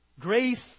grace